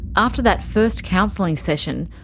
after that first counselling session,